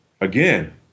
again